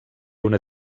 una